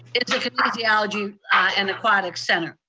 is the kinesiology and aquatic center.